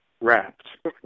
Wrapped